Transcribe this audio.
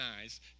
eyes